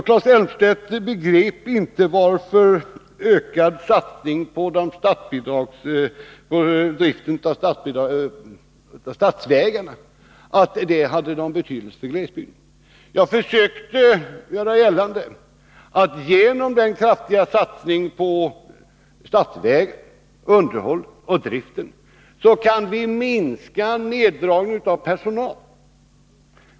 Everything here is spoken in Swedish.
Claes Elmstedt begrep inte varför ökad satsning på statsvägarna hade betydelse för glesbygden. Jag försökte förklara att genom den kraftiga satsning på underhåll och drift av statsvägar som nu sker kan vi minska neddragningen av vägverkets personal.